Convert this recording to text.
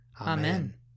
Amen